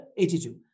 82